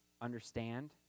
understand